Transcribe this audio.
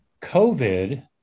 covid